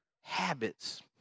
habits